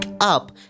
up